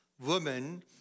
women